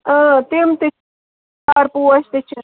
تِم تہِ پوش تہِ چھِ